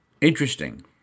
interesting